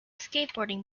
skateboarding